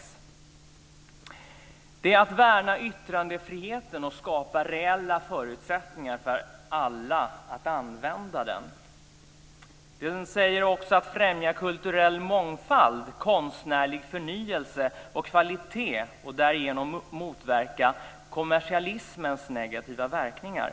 De är bl.a. "att värna yttrandefriheten och skapa reella förutsättningar för alla att använda den" och "att främja kulturell mångfald, konstnärlig förnyelse och kvalitet och därigenom motverka kommersialismens negativa verkningar".